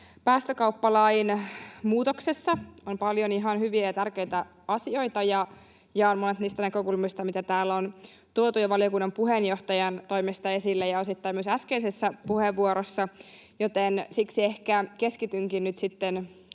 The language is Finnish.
päästökauppalain muutoksessa on paljon ihan hyviä ja tärkeitä asioita, ja jaan monet niistä näkökulmista, mitä täällä on tuotu jo valiokunnan puheenjohtajan toimesta esille ja osittain myös äskeisessä puheenvuorossa, joten siksi ehkä keskitynkin nyt sitten